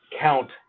count